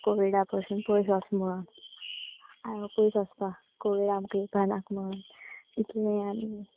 कोविडा पसून पयस वच म्हणन पयस वचपा कोविड आमकां इपानाक म्हणून इतलें आनी